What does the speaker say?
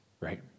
right